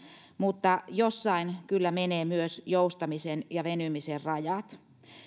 mutta jossain kyllä menee myös joustamisen ja venymisen rajat